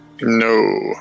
No